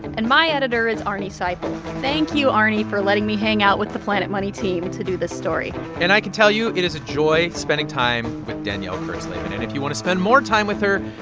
and my editor is arnie seipel. thank you, arnie, for letting me hang out with the planet money team to do this story and i can tell you it is a joy spending time with danielle kurtzleben. and if you want to spend more time with her,